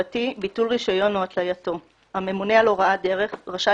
ביטול רישיון או התלייתו 6א. הממונה על הוראת הדרך רשאי